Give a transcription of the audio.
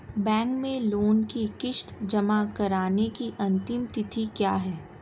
Bank में loan की किश्त जमा कराने की अंतिम तिथि क्या है?